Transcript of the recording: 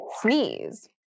sneeze